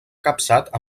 capçat